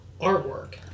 artwork